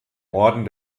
orden